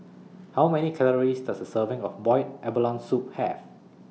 How Many Calories Does A Serving of boiled abalone Soup Have